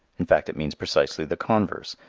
in fact it means precisely the converse.